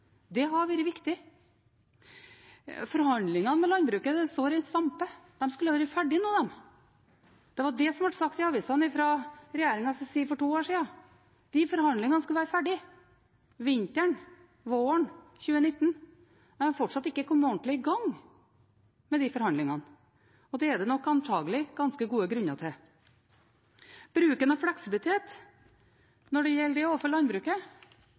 Det hadde vært viktig. Forhandlingene med landbruket står i stampe, de skulle vært ferdig nå. Det ble sagt i avisene fra regjeringens side for to år siden at de forhandlingene skulle være ferdige vinteren/våren 2019, men en har fortsatt ikke kommet ordentlig i gang med de forhandlingene. Det er det nok antagelig ganske gode grunner til. Når det gjelder bruken av fleksibilitet overfor landbruket og nødvendigheten av det: